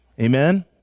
Amen